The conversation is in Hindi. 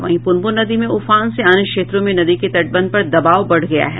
वहीं पुनपुन नदी में उफान से अन्य क्षेत्रों में नदी के तटबंध पर दबाव बढ़ गया है